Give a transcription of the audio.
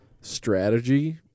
strategy